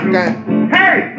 Hey